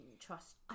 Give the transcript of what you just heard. trust